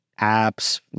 apps